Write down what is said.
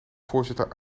voorzitter